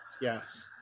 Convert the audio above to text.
Yes